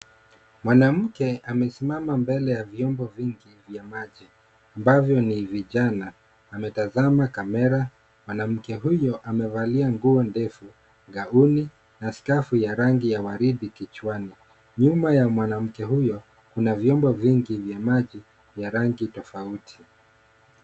Mwanamke amesimama mbele ya vyombo vingi vya maji ambavyo ni vijana. Ametazama kamera. Mwanamke huyo amevalia nguo ndefu, gauni na skafu ya rangi ya waridi kichwani. Nyuma ya mwanamke huyo, kuna vyombo vingi vya maji vya rangi tofauti.